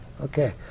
okay